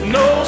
no